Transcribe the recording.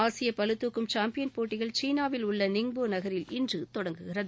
ஆசிய பளுதுக்கும் சாம்பியன் போட்டிகள் சீனாவில் உள்ள நிங்போ நகரில் இன்று தொடங்குகிறது